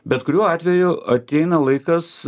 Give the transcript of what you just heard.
bet kuriuo atveju ateina laikas